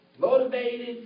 motivated